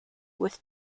with